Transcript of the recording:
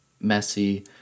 messy